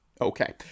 Okay